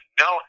no